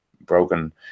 broken